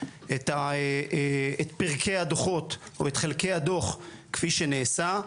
את פרקי הדו"חות או חלקי הדו"ח כפי שנעשה.